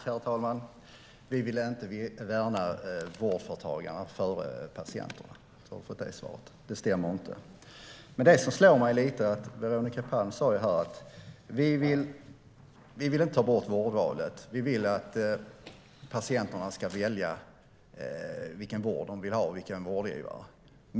Herr talman! Vi vill inte värna vårdföretagarna före patienterna. Det stämmer inte. Det är svaret till Veronica Palm. Veronica Palm sa här att de inte vill ta bort vårdvalet utan att patienterna ska få välja vilken vårdgivare de vill ha.